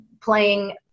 playing